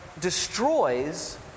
destroys